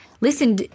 Listen